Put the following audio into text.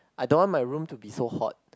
I don't want my room to be so hot